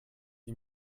die